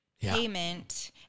payment